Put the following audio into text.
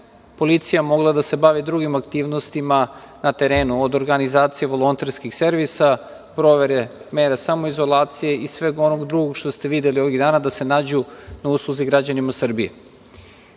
policija mogla da se bavi drugim aktivnostima na terenu, od organizacije volonterskih servisa, provere mera samoizolacije i svega onoga drugog što ste videli ovih dana, da se nađu na usluzi građanima Srbije. Nijedan